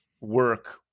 work